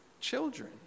children